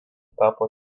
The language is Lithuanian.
tapo